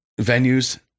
venues